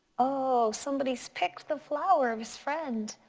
oh, somebody's picked the flower's friend.